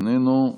איננו.